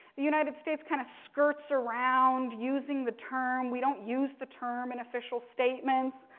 the united states kind of skirts around using the term. we don't use the term in official statements,